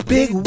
Big